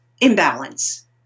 imbalance